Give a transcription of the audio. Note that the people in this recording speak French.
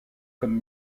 comme